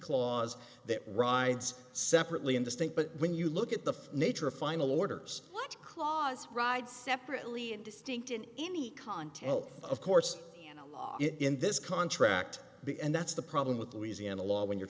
clause that rides separately in the state but when you look at the nature of final orders watch clause bride separately and distinct in any content of course in this contract and that's the problem with louisiana law when you're